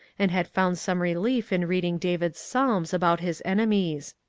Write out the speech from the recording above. and had found some relief in reading david's psalms about his enemies.